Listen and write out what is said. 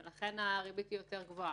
ולכן הריבית היא יותר גבוהה.